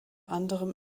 anderem